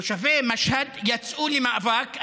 תושבי משהד יצאו למאבק.